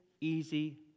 easy